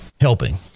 helping